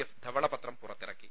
F ധവളപത്രം പുറത്തിറക്കി